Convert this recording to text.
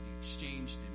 exchanged